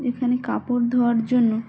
এখানে কাপড় ধোয়ার জন্য